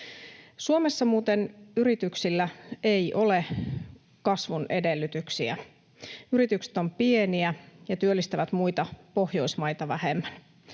Suomessa muuten yrityksillä ei ole kasvun edellytyksiä. Yritykset ovat pieniä ja työllistävät muita Pohjoismaita vähemmän.